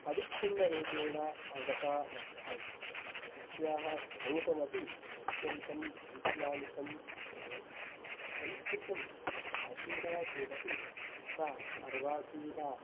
अविच्छिन्नरूपेण आगता वर्तते अस्याः स्वरूपमपि अत्यन्तं वैज्ञानिकं विद्यते संस्कृतं प्राचीना चेदपि सा अर्वाचीना